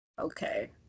okay